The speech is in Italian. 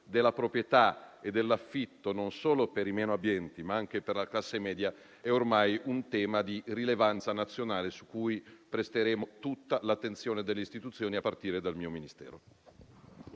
della proprietà e dell'affitto, non solo per i meno abbienti, ma anche per la classe media, è ormai un tema di rilevanza nazionale, cui presteremo tutta l'attenzione delle istituzioni, a partire dal mio Ministero.